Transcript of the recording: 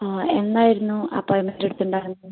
ആ എന്നായിരുന്നു അപ്പോയിൻമെൻറ്റ് എടുത്തിട്ടുണ്ടായിരുന്നത്